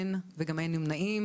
אין, וגם אין נמנעים.